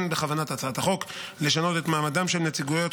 אין בכוונת הצעת החוק לשנות את מעמדן של נציגויות